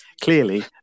clearly